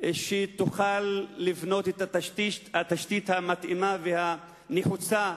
כלשהי שתוכל לבנות את התשתית המתאימה והנחוצה